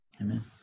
Amen